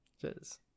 Cheers